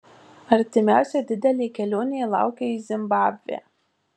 artimiausia didelė kelionė laukia į zimbabvę